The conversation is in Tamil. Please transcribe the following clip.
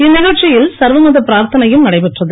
இந்நிகழ்ச்சியில் சர்வமத பிராத்தனையும் நடைபெற்றது